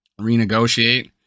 renegotiate